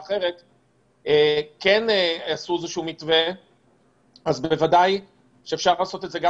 כן עשו מתווה אז בוודאי שאפשר להחיל זאת גם